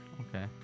Okay